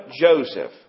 Joseph